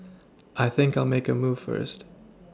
I think I'll make a move first